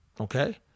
Okay